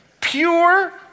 Pure